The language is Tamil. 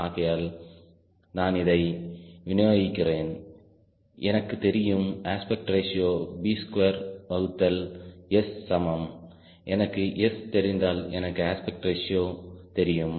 ஆகையால் நான் இதை வினியோகிக்கிறேன் எனக்கு தெரியும் அஸ்பெக்ட் ரேஷியோ b ஸ்கொயர் வகுத்தல் S சமம் எனக்கு S தெரிந்தால் எனக்கு அஸ்பெக்ட் ரேஷியோ தெரியும்